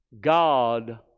God